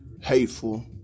hateful